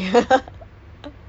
kiamat